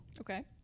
Okay